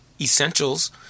Essentials